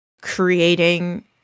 creating